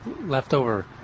leftover